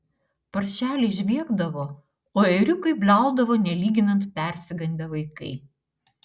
paršeliai žviegdavo o ėriukai bliaudavo nelyginant persigandę vaikai